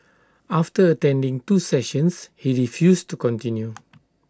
after attending two sessions he refused to continue